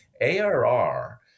ARR